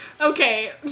Okay